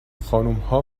خانمها